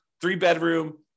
three-bedroom